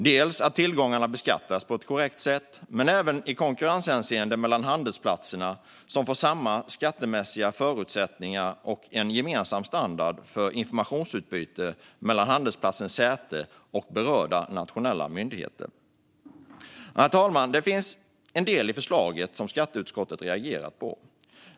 Det är dels att tillgångarna beskattas på ett korrekt sätt, dels att handelsplatserna i konkurrenshänseende får samma skattemässiga förutsättningar och en gemensam standard för informationsutbyte mellan handelsplatsens säte och berörda nationella myndigheter. Herr talman! Det finns en del i förslaget som skatteutskottet reagerat på.